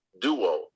duo